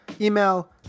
email